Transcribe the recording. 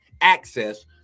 access